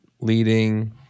leading